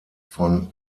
von